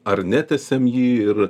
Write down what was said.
ar netęsiam jį ir